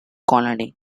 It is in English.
colony